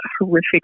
horrific